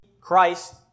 Christ